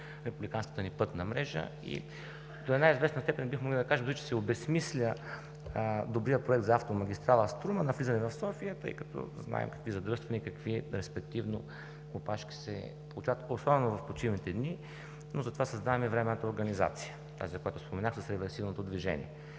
републиканската ни пътна мрежа. До известна степен бихме могли да кажем дори, че се обезсмисля добрият проект за автомагистрала „Струма“ – на влизане в София, тъй като знаем какви задръствания, какви опашки се получават, особено в почивните дни. Но за това създаваме временната организация – тази, за която споменах, с реверсивното движение.